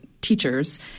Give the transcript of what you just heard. teachers